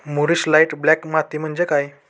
मूरिश light black माती म्हणजे काय?